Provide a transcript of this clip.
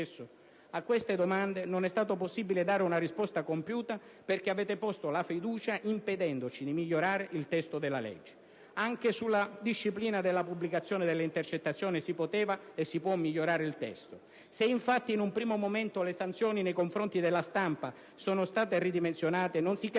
A queste domande non è stato possibile dare una risposta compiuta perché avete posto la fiducia impedendoci di migliorare il testo del disegno di legge. Anche sulla disciplina della pubblicazione delle intercettazioni si poteva e si può migliorare il testo. Se, infatti, in un primo momento le sanzioni nei confronti della stampa sono state ridimensionate, non si